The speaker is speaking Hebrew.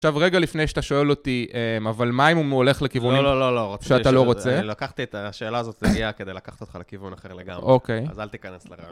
עכשיו, רגע לפני שאתה שואל אותי, אבל מה אם הוא מולך לכיוונים, לא לא לא, שאתה לא רוצה? אני לקחתי את השאלה הזאת, נניח, כדי לקחת אותך לכיוון אחר לגמרי, אוקיי, אז אל תיכנס לרעיון.